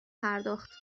پرداخت